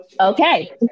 okay